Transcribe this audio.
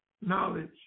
knowledge